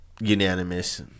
Unanimous